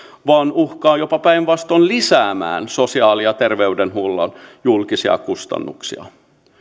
vaan uhkaa jopa päinvastoin lisätä sosiaali ja terveydenhuollon julkisia kustannuksia